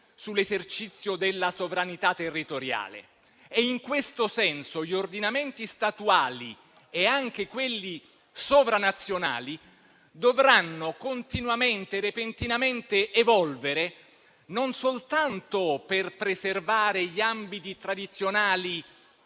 sull'esercizio della sovranità territoriale. In questo senso gli ordinamenti statuali e anche quelli sovranazionali dovranno continuamente e repentinamente evolvere, non soltanto per preservare gli ambiti tradizionali